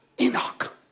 Enoch